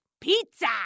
Pizza